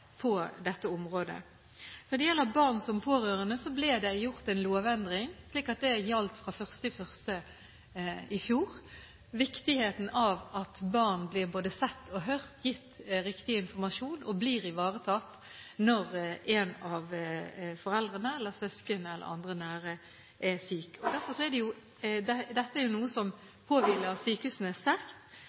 på dette området. Når det gjelder barn som pårørende, ble det gjort en lovendring gjeldende fra 1. januar i fjor. Det er viktig at barn blir både sett og hørt, gitt riktig informasjon og blir ivaretatt når en av foreldrene, søsken eller andre nære er syke. Dette er noe som påhviler sykehusene sterkt.